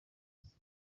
cy’isi